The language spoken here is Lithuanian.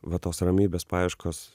vat tos ramybės paieškos